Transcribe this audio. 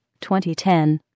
2010